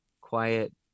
quiet